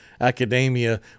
academia